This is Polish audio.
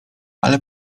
ale